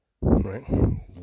Right